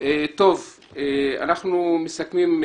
אנחנו מסכמים.